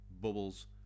bubbles